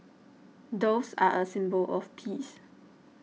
doves are a symbol of peace